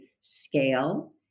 scale